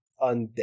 undead